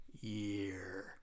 year